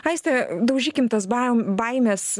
aiste daužykim tas bam baimes